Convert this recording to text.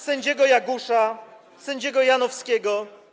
sędziego Jagusza, sędziego Janowskiego.